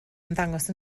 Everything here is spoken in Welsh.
ymddangos